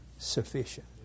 Sufficient